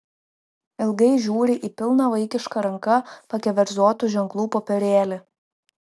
ilgai žiūri į pilną vaikiška ranka pakeverzotų ženklų popierėlį